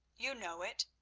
you know it,